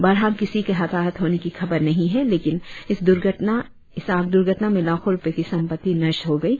बहरहाल किसी के हताहत होने की खबर नही है लेकिन इस आग दुर्घटना में लाखों रुपए की संपत्ति नष्ट हो गयी